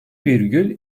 virgül